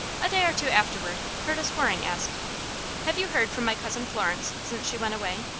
a day or two afterward curtis waring asked have you heard from my cousin florence since she went away?